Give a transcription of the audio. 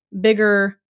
bigger